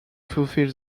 fulfill